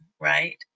right